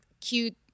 cute